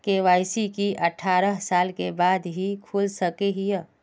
KYC की अठारह साल के बाद ही खोल सके हिये?